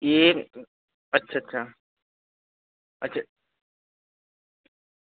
अच्छा अच्छा